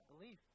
belief